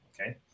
Okay